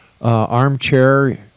armchair